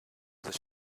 other